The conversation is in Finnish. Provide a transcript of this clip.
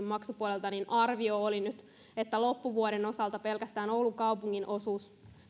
maksupuolesta arvio oli nyt että loppuvuoden osalta pelkästään oulun kaupungin osuus